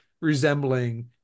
resembling